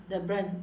the brand